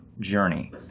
journey